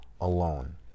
alone